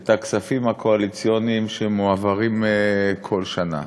את הכספים הקואליציוניים שמועברים כל שנה,